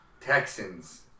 Texans